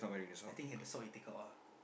I think have the sock he take out ah